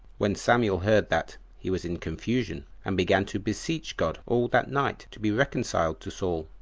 when samuel heard that, he was in confusion, and began to beseech god all that night to be reconciled to saul,